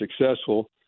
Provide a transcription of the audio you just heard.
successful